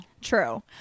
true